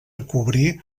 recobrir